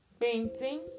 painting